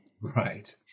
Right